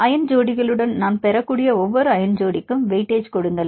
iron ஜோடிகளுடன் நாம் பெறக்கூடிய ஒவ்வொரு அயன் ஜோடிக்கும் வெயிட்டேஜ் கொடுங்கள்